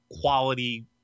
quality